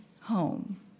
home